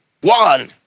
One